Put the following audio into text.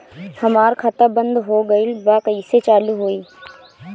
हमार खाता बंद हो गइल बा कइसे चालू होई?